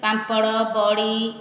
ପାମ୍ପଡ଼ ବଡ଼ି